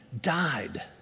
died